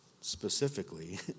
specifically